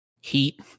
heat